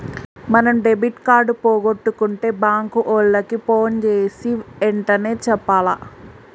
మనం debit card పోగొట్టుకుంటే bank ఓళ్ళకి పోన్ జేసీ ఎంటనే చెప్పాల